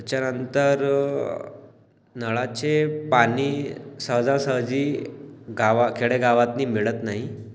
त्याच्यानंतर नळाचे पाणी सहजासहजी गावा खेडेगावतनी मिळत नाही